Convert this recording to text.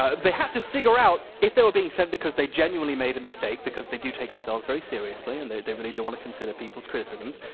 ah they had to figure out if they were being sent because they genuinely made a mistake, because they do take themselves very seriously and they they really do want to consider people's criticisms.